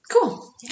Cool